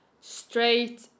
straight